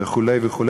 וכו' וכו',